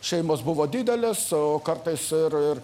šeimos buvo didelės o kartais ir ir